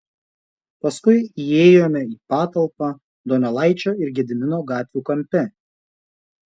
paskui įėjome į patalpą donelaičio ir gedimino gatvių kampe